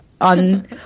on